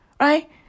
Right